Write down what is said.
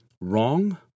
wrong